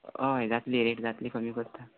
हय जात्ली रेट जात्ली कमी करता